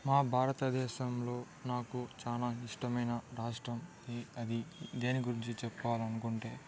మా భారతదేశంలో నాకు చాలా ఇష్టమైన రాష్ట్రం అది దేని గురించి చెప్పాలనుకుంటే